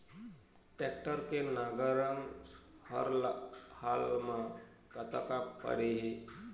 Tractor के नांगर हर हाल मा कतका पड़िही?